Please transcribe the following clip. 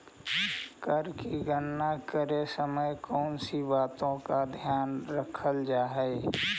कर की गणना करे समय कौनसी बातों का ध्यान रखल जा हाई